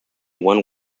one